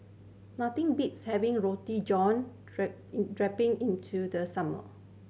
nothing beats having Roti John droping into the summer